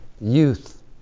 youth